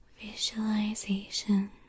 visualization